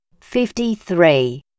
fifty-three